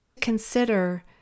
Consider